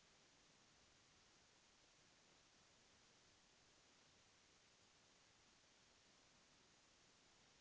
हमरा के बताव कि हम कृषि लोन ले सकेली की न?